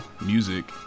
music